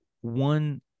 one